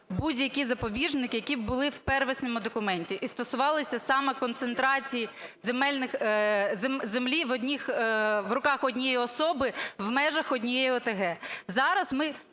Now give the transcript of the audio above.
будь-які запобіжники, які були в первісному документі і стосувалися саме концентрації землі в руках однієї особи в межах однієї ОТГ.